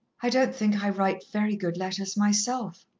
i don't think i write very good letters myself,